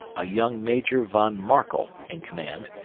a young major von markel in command,